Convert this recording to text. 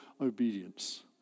obedience